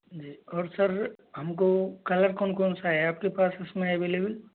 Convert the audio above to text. जी और सर हम को कलर कौन कौनसा है आप के पास उस में अवैलबल